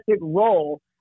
role